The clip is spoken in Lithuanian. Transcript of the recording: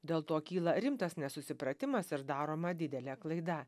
dėl to kyla rimtas nesusipratimas ir daroma didelė klaida